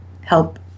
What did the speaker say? help